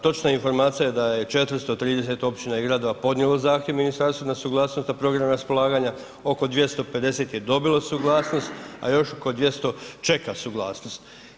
Točna informacija je da je 430 općina i gradova podnijelo zahtjev ministarstvu na suglasnost na program raspolaganja, oko 250 je dobilo suglasnost, a još oko 200 čeka suglasnost.